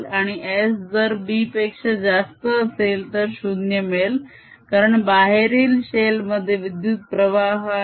आणि s जर b पेक्षा जास्त असेल तर 0 मिळेल कारण बाहेरील शेल मध्ये विद्युत प्रवाह आहे